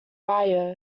rye